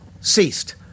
Ceased